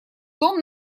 дом